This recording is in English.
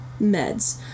meds